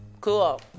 Cool